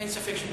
אין ספק שמדובר